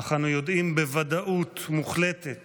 אך אנו יודעים בוודאות מוחלטת